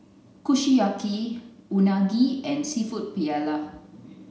Kushiyaki Unagi and Seafood Paella